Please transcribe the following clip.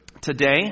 Today